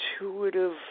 intuitive